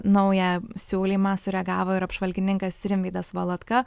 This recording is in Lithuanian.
naują siūlymą sureagavo ir apžvalgininkas rimvydas valatka